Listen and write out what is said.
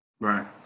Right